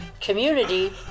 community